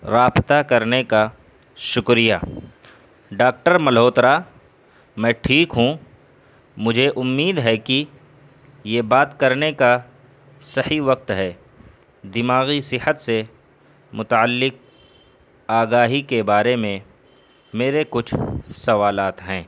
رابطہ کرنے کا شکریہ ڈاکٹر ملہوترا میں ٹھیک ہوں مجھے امید ہے کہ یہ بات کرنے کا صحیح وقت ہے دماغی صحت سے متعلق آگاہی کے بارے میں میرے کچھ سوالات ہیں